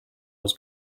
was